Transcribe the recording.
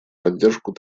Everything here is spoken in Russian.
поддержку